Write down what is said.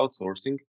outsourcing